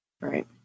Right